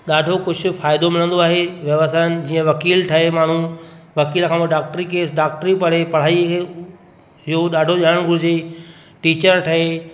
ॾाढो कुझु फ़ाइदो मिलंदो आहे व्यवसाय जीअं वकील ठहे माण्हू वकील खां पोइ डॉक्टरी केस डॉक्टरी पढ़े पढ़ाईअ योग ॾाढो ॾियणो घुरिजे टीचर ठहे